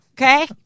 okay